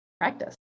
practice